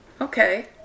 Okay